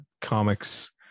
comics